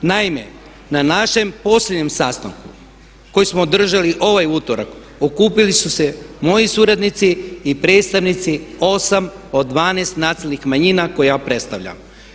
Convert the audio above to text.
Naime, na našem posljednjem sastanku koji smo održali ovaj utorak okupili su se moji suradnici i predstavnici osam od 12 nacionalnih manjina koje ja predstavljam.